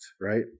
right